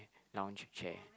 lounge chair